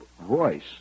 voice